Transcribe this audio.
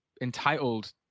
entitled